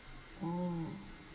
oh